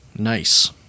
nice